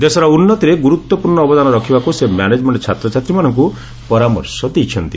ଦେଶର ଉନ୍ତିରେ ଗ୍ରର୍ତ୍ୱପୂର୍ଣ୍ଣ ଅବଦାନ ରଖିବାକୁ ସେ ମ୍ୟାନେଜମେଣ୍ଟ ଛାତ୍ରଛାତ୍ରୀମାନଙ୍କୁ ପରାମର୍ଶ ଦେଇଛନ୍ତି